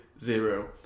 zero